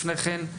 לפני כן,